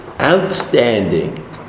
outstanding